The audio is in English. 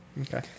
Okay